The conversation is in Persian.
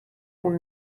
اون